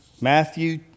Matthew